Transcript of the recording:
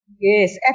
Yes